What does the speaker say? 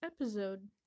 episode